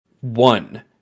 one